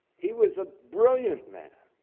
he was a brilliant man.